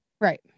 Right